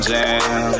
Jam